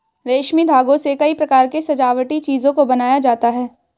रेशमी धागों से कई प्रकार के सजावटी चीजों को बनाया जाता है